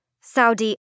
Saudi